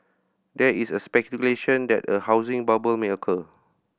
there is a speculation that a housing bubble may occur